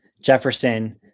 Jefferson